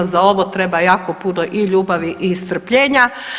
Za ovo treba jako puno i ljubavi i strpljenja.